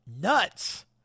nuts